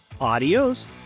Adios